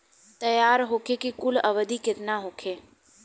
तैयार होखे के कुल अवधि केतना होखे?